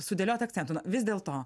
sudėliot akcentų na vis dėlto